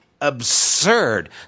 absurd